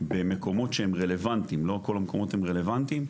במקומות שהם רלוונטיים לא כל המקומות הם רלוונטיים,